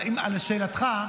אבל לשאלתך,